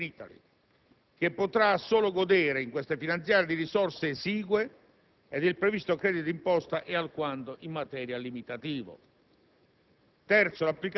viene introdotto un obbligo alla commercializzazione dei biocarburanti ma nulla è previsto per rendere più stringente il legame con le politiche agricole delle materie prime.